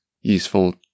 useful